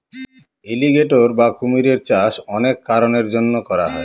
alligator বা কুমিরের চাষ অনেক কারনের জন্য করা হয়